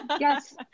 yes